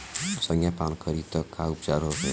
संखिया पान करी त का उपचार होखे?